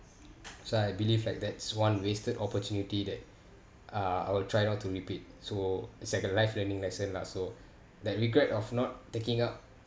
so I believe like that's one wasted opportunity that uh I will try not to repeat so is like a life learning lesson lah so that regret of not taking up